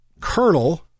Colonel